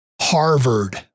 Harvard